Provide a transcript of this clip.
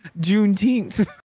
Juneteenth